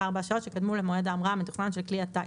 השעות שקדמו למועד ההמראה המתוכנן של כלי הטיס".